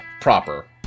proper